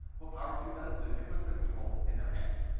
what power tune does is it it puts the control in their hands.